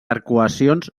arcuacions